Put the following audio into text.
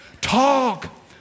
Talk